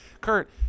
Kurt